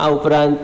આ ઉપરાંત